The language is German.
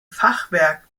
fachwerk